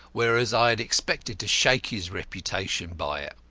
whereas i had expected to shake his reputation by it.